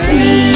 See